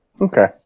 Okay